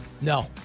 No